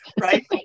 Right